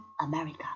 America